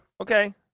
okay